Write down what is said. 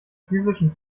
physischen